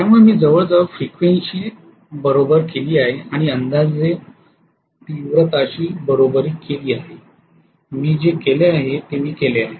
त्यामुळे मी जवळजवळ फ्रिक्वेन्सी शी बरोबरी केली आहे आणि अंदाजे तीव्रताशी बरोबरी केली आहे मी जे केले आहे तेही मी केले आहे